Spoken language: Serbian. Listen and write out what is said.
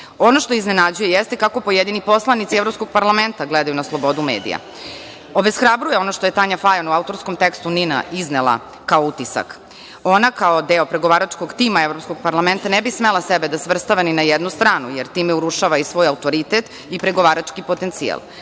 što iznenađuje jeste kako pojedini poslanici evropskog parlamenta gledaju na slobodu medija. Obeshrabruje ono što je Tanja Fajon u autorskom tekstu NIN iznela kao utisak. Ona kao deo pregovaračkog tima Evropskog parlamenta ne bi smela sebe da svrstava ni na jednu stranu, jer time urušava i svoj autoritet i pregovarački potencijal. Ja